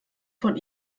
von